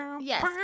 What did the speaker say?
Yes